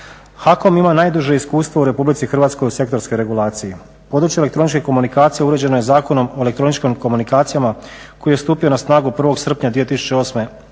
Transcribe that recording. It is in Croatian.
HAKOM ima najduže iskustvo u Republici Hrvatskoj u sektorskoj regulaciji. Područje elektroničke komunikacije uređeno je Zakonom o elektroničkim komunikacijama koji je stupio na snagu 1. srpnja 2008. godine